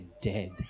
dead